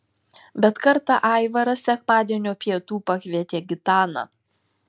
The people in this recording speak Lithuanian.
bet kartą aivaras sekmadienio pietų pakvietė gitaną